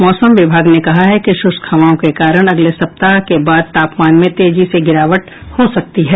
मौसम विभाग ने कहा है कि शुष्क हवाओं के कारण अगले सप्ताह के बाद तापमान में तेजी से गिरावट दर्ज हो सकती है